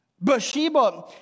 Bathsheba